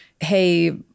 hey